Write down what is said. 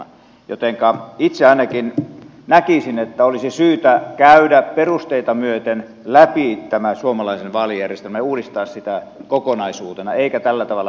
jotenka itse ainakin näkisin että olisi syytä käydä perusteita myöten läpi tämä suomalainen vaalijärjestelmä ja uudistaa sitä kokonaisuutena eikä tällä tavalla pilkkoen niin kun nyt on tehty